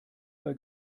bei